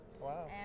Wow